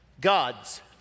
God's